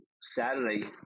saturday